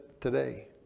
Today